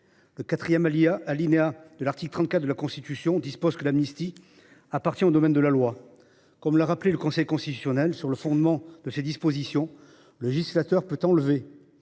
Le quatrième alinéa de l’article 34 de la Constitution dispose que l’amnistie relève de la loi. Comme l’a rappelé le Conseil constitutionnel, « sur le fondement de ces dispositions, le législateur peut enlever